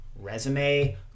Resume